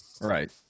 Right